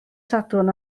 sadwrn